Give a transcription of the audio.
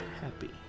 happy